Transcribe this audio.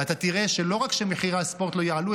ואתה תראה שלא רק שמחירי הספורט לא יעלו,